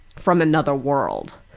from another world.